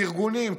לארגונים,